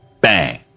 Bang